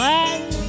one